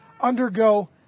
undergo